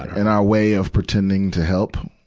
and our way of pretending to help.